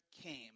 came